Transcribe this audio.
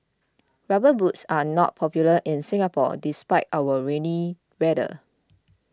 rubber boots are not popular in Singapore despite our rainy weather